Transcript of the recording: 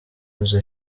inzu